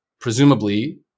presumably